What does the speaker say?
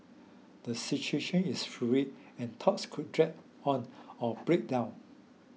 the situation is fluid and talks could drag on or break down